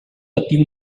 patí